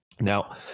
Now